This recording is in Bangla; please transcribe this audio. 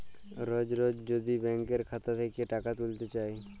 রজ রজ যদি ব্যাংকের খাতা থ্যাইকে টাকা ত্যুইলতে চায়